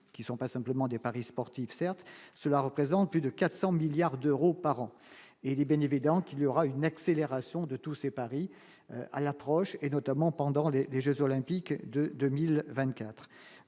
qui sont pas simplement des paris sportifs, certes, cela représente plus de 400 milliards d'euros par an et d'ébène évident qu'il y aura une accélération de tous ses paris à l'approche et notamment pendant les Jeux olympiques de 2024